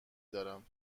دارم